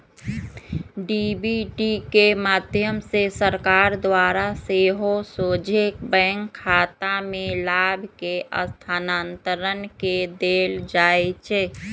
DBT के माध्यम से सरकार द्वारा सेहो सोझे बैंक खतामें लाभ के स्थानान्तरण कऽ देल जाइ छै